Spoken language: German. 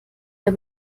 der